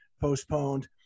postponed